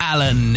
Alan